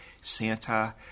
Santa